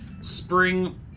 Spring